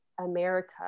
America